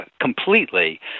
completely